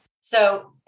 So-